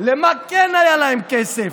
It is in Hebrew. למה כן היה להם כסף: